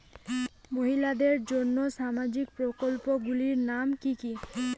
মহিলাদের জন্য সামাজিক প্রকল্প গুলির নাম কি কি?